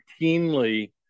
routinely